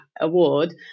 award